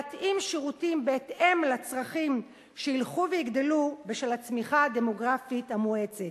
להתאים שירותים בהתאם לצרכים שילכו ויגדלו בשל הצמיחה הדמוגרפית המואצת.